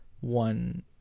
one